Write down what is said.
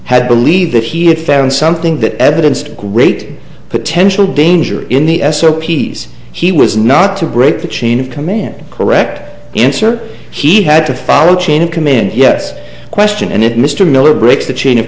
had believed that he had found something that evidence of great potential danger in the s o p s he was not to break the chain of command correct answer he had to follow chain of command yes question and it mr miller breaks the chain of